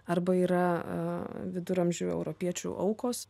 arba yra viduramžių europiečių aukos